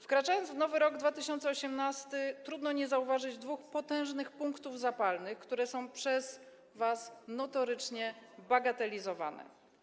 Wkraczając w nowy rok 2018, trudno nie zauważyć dwóch potężnych punktów zapalnych, które są przez was notorycznie bagatelizowane.